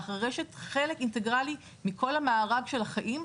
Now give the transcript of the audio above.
הרשת חלק אינטגרלי מכל המארג של החיים,